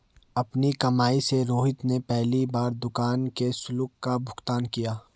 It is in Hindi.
अपनी कमाई से रोहित ने पहली बार दुकान के शुल्क का भुगतान किया